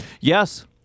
Yes